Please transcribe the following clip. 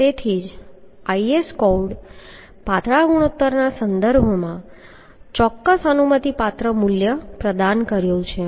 તેથી જ IS code પાતળા ગુણોત્તરના સંદર્ભમાં ચોક્કસ અનુમતિપાત્ર મૂલ્ય પ્રદાન કર્યું છે